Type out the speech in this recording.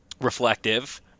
reflective